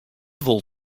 wol